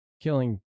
killing